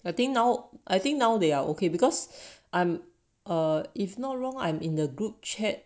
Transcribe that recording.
I think now I think now they are okay because I'm ah if not wrong I'm in the group chat